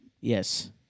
Yes